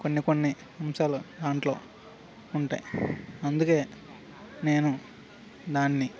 కొన్ని కొన్ని అంశాలు దాంట్లో ఉంటాయి అందుకే నేను దాన్ని